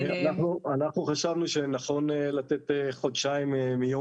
אנחנו חשבנו שנכון לתת חודשיים מיום